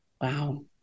Wow